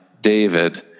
David